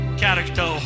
character